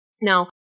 Now